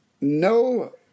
no